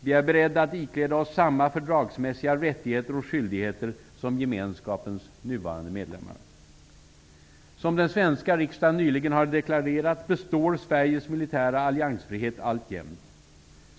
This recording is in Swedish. Vi är beredda att ikläda oss samma fördragsmässiga rättigheter och skyldigheter som Gemenskapens nuvarande medlemmar. Som den svenska riksdagen nyligen har deklarerat består Sveriges militära alliansfrihet alltjämt.